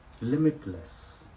limitless